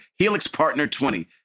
HELIXPARTNER20